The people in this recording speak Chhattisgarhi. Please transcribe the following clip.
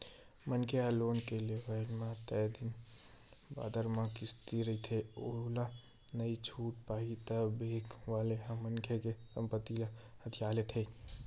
मनखे ह लोन के लेवब म तय दिन बादर म किस्ती रइही ओला नइ छूट पाही ता बेंक वाले ह मनखे के संपत्ति ल हथिया लेथे